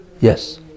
Yes